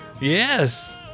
Yes